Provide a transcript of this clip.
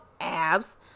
abs